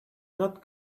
not